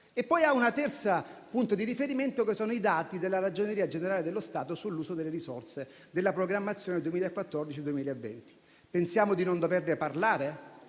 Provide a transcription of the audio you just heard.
risorse. Un terzo punto di riferimento sono i dati della Ragioneria generale dello Stato sull'uso delle risorse della programmazione 2014-2020. Pensiamo di non doverne parlare?